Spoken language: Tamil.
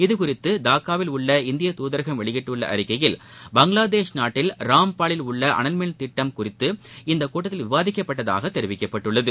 இதுகுறித்துடாக்காவில் உள்ள இந்தியத் துதரகம் வெளியிட்டுள்ளஅறிக்கையில் பங்களாதேஷ் ராம்பாலில் நாட்டில் உள்ளஅனல்மின் திட்ட் இக்கூட்டத்தில் குறித்து விவாதிக்கப்பட்டதாகதெரிவிக்கப்பட்டுள்ளது